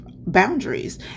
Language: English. boundaries